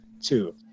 Two